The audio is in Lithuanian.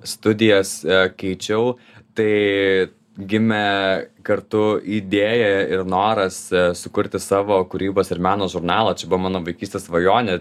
studijas keičiau tai gimė kartu idėja ir noras sukurti savo kūrybos ir meno žurnalą čia buvo mano vaikystės svajonę